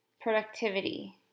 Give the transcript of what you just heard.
productivity